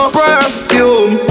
perfume